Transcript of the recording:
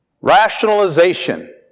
rationalization